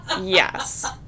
Yes